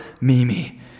Mimi